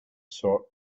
sort